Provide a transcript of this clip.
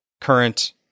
current